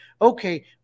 Okay